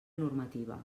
normativa